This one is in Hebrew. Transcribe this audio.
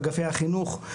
אגפי החינוך,